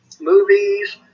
movies